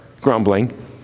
grumbling